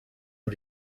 nur